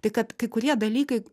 tai kad kai kurie dalykai